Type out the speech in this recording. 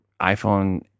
iPhone